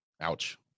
ouch